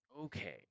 Okay